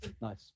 Nice